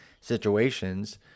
situations